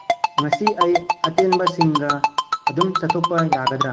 ꯉꯁꯤ ꯑꯩ ꯑꯇꯦꯟꯕꯁꯤꯡꯒ ꯑꯗꯨꯝ ꯆꯠꯊꯣꯛꯄ ꯌꯥꯒꯗ꯭ꯔꯥ